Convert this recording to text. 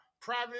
private